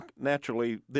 naturally